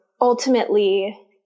ultimately